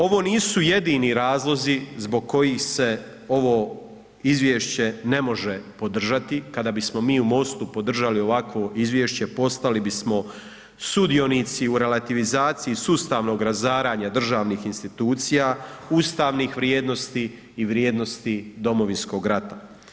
Ovo nisu jedini razlozi zbog kojih se ovo izvješće ne može podržati, kada bismo mi u MOST-u podržali ovakvo izvješće postali bismo sudionici u relativizaciji sustavnog razaranja državnih institucija, ustavnih vrijednosti i vrijednosti Domovinskog rata.